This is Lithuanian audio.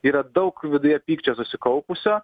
yra daug viduje pykčio susikaupusio